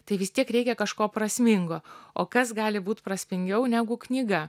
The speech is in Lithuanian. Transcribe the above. tai vis tiek reikia kažko prasmingo o kas gali būt prasmingiau negu knyga